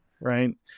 right